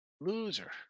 Loser